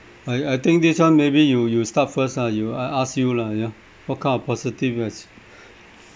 I I think this one maybe you you start first lah you I ask you lah you know what kind of positive ex~